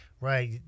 Right